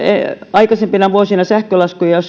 aikaisempina vuosina sähkölaskuja